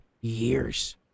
years